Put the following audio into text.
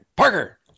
Parker